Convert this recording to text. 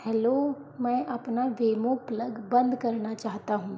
hello मैं अपना देमों प्लग बंद करना चाहता हूँ